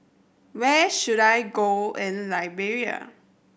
where should I go in Liberia